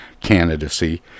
candidacy